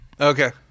Okay